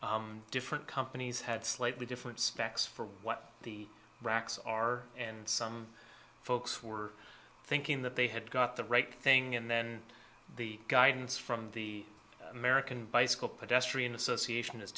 different companies had slightly different specs for what the racks are and some folks were thinking that they had got the right thing and then the guidance from the american bicycle pedestrian association is